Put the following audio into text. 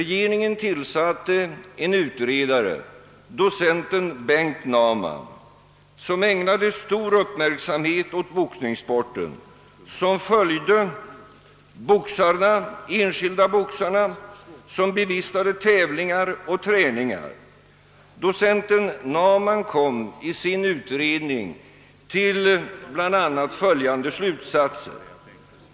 Regeringen tillsatte en utredare, docenten Bengt Naumann. Han ägnade stor uppmärksamhet åt boxningssporten, följde de enskilda boxarnas träning, bevistade tävlingar och studerade träningen. Docenten Naumann kom i sin utredning till bl.a. följande slutsatser.